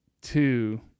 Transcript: Two